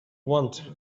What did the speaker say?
want